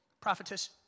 Prophetess